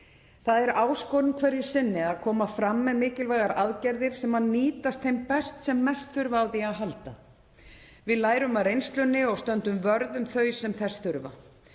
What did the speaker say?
Það er áskorun hverju sinni að koma fram með mikilvægar aðgerðir sem nýtast þeim best sem mest þurfa á því að halda. Við lærum af reynslunni og stöndum vörð um þau sem þess þurfa.